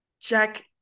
Jack